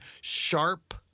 sharp